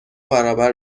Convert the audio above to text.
برابر